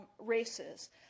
races